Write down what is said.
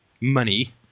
money